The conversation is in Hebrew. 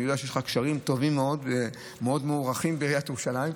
אני יודע שיש לך קשרים טובים מאוד ומוערכים מאוד בעיריית ירושלים.